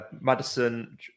Madison